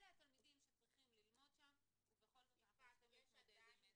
אלה התלמידים שצריכים ללמוד שם ובכל זאת אנחנו צריכים להתמודד עם זה,